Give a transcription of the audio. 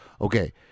okay